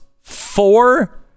Four